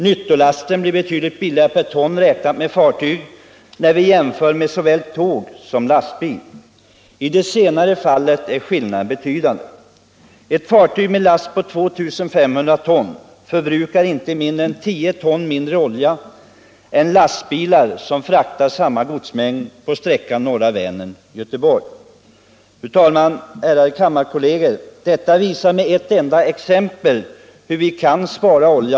Nyttolasten blir betydligt billigare per ton räknat vid frakt med fartyg, jämfört med såväl tåg som lastbil. I det senare fallet är skillnaden betydande. Ett fartyg med en last på 2 500 ton förbrukar tio ton mindre olja än lastbilar som fraktar samma godsmängd på sträckan norra Vänern-Göteborg. Detta är, ärade kammarledamöter, ett exempel på hur vi kan spara olja.